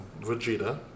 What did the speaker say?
Vegeta